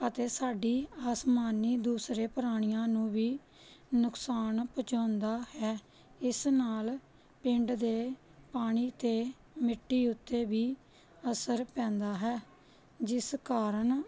ਅਤੇ ਸਾਡੀ ਅਸਮਾਨੀ ਦੂਸਰੇ ਪ੍ਰਾਣੀਆਂ ਨੂੰ ਵੀ ਨੁਕਸਾਨ ਪਹੁੰਚਾਉਂਦਾ ਹੈ ਇਸ ਨਾਲ ਪਿੰਡ ਦੇ ਪਾਣੀ ਅਤੇ ਮਿੱਟੀ ਉੱਤੇ ਵੀ ਅਸਰ ਪੈਂਦਾ ਹੈ ਜਿਸ ਕਾਰਨ